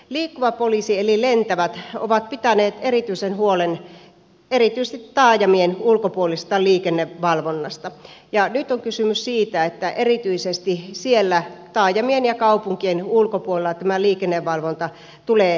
liikkuva poliisi eli lentävät ovat pitäneet erityisen huolen erityisesti taajamien ulkopuolisesta liikennevalvonnasta ja nyt on kysymys siitä että erityisesti siellä taajamien ja kaupunkien ulkopuolella tämä liikennevalvonta tulee vähenemään